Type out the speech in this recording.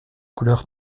couleur